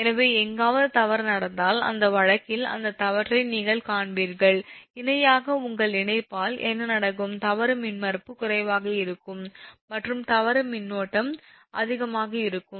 எனவே எங்காவது தவறு நடந்தால் அந்த வழக்கில் அந்த தவறை நீங்கள் காண்பீர்கள் இணையாக உங்கள் இணைப்பால் என்ன நடக்கும் தவறு மின்மறுப்பு குறைவாக இருக்கும் மற்றும் தவறு மின்னோட்டம் அதிகமாக இருக்கும்